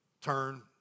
turn